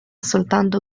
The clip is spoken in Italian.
soltanto